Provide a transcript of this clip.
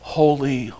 holy